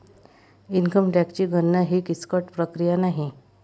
income टॅक्सची गणना ही किचकट प्रक्रिया नाही